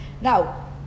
Now